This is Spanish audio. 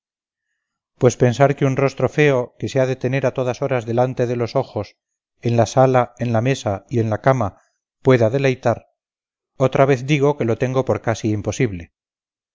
pues pensar que un rostro feo que se ha de tener a todas horas delante de los ojos en la sala en la mesa y en la cama pueda deleitar otra vez digo que lo tengo por casi imposible